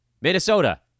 Minnesota